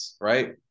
right